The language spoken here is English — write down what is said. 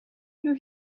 you